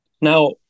Now